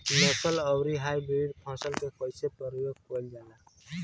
नस्ल आउर हाइब्रिड फसल के कइसे प्रयोग कइल जाला?